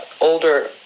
older